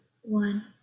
one